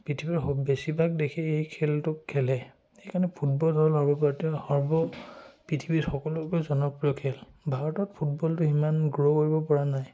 পৃথিৱীৰ স বেছিভাগ দেশেই এই খেলটোক খেলে সেইকাৰণে ফুটবল হ'ল সৰ্ব ভাৰতীয় সৰ্ব পৃথিৱীত সকলোতকৈ জনপ্ৰিয় খেল ভাৰতত ফুটবলটো সিমান গ্ৰ' কৰিব পৰা নাই